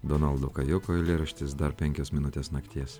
donaldo kajoko eilėraštis dar penkios minutės nakties